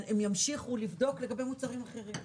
הם ימשיכו לבדוק לגבי מוצרים אחרים.